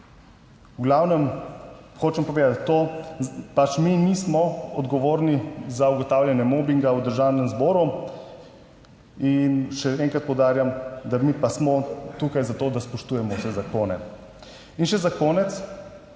V glavnem, hočem povedati to, da pač mi nismo odgovorni za ugotavljanje mobinga v Državnem zboru in še enkrat poudarjam, da mi pa smo tukaj zato, da spoštujemo vse zakone. In še za konec.